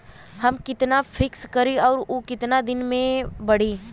हम कितना फिक्स करी और ऊ कितना दिन में बड़ी?